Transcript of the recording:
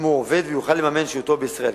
ויוכל לממן את שהותו בישראל.